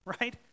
right